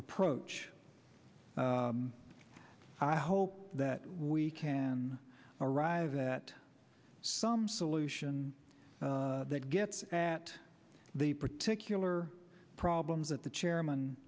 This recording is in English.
approach i hope that we can arrive at some solution that gets at the particular problems that the chairman